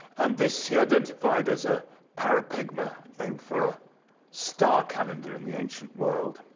and this he identified as a parapegma, named for a star calendar in the ancient world.